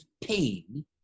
pain